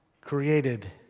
created